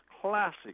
classic